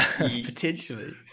potentially